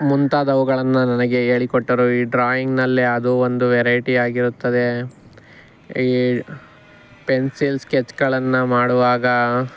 ಮುಂತಾದವುಗಳನ್ನು ನನಗೆ ಹೇಳಿಕೊಟ್ಟರು ಈ ಡ್ರಾಯಿಂಗ್ನಲ್ಲೇ ಅದು ಒಂದು ವೆರೈಟಿಯಾಗಿರುತ್ತದೆ ಈ ಪೆನ್ಸಿಲ್ ಸ್ಕೆಚ್ಗಳನ್ನು ಮಾಡುವಾಗ